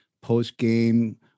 post-game